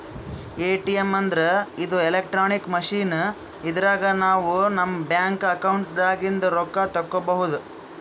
ATM ಅಂದ್ರ ಇದು electronic machine ಇದ್ರಾಗ್ ನಾವ್ ನಮ್ ಬ್ಯಾಂಕ್ ಅಕೌಂಟ್ ದಾಗಿಂದ್ ರೊಕ್ಕ ತಕ್ಕೋಬಹುದ್